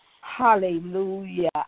Hallelujah